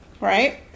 Right